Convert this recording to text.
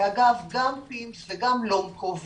ואגב גם pims וגם long covid